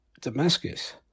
Damascus